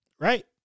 right